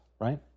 right